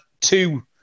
two